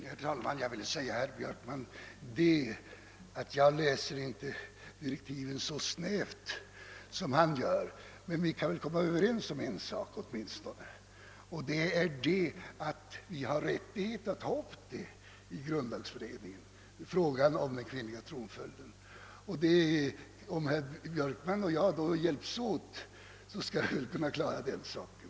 Herr talman! Jag vill säga till herr Björkman att jag inte läser direktiven så snävt som han gör. Men vi kan väl åtminstone komma överens om att vi har rättighet att ta upp frågan om kvinnlig tronföljd i grundlagberedningen. Om herr Björkman och jag hjälps åt skall vi nog kunna klara den saken.